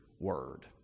word